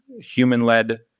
human-led